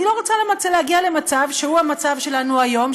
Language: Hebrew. אני לא רוצה להגיע למצב שהוא המצב שלנו היום,